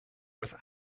was